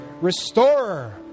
Restorer